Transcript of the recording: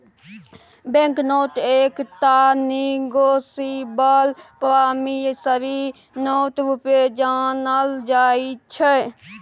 bank note एकटा negotiable promissory note रुपे जानल जाइ छै